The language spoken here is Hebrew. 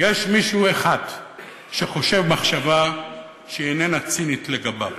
יש מישהו אחד שחושב מחשבה שאיננה צינית לגביו.